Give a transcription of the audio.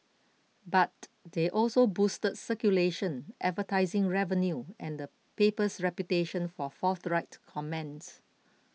but they also boosted circulation advertising revenue and paper's reputation for forthright comments